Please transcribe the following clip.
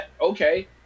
okay